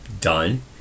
done